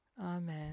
Amen